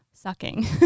sucking